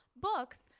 books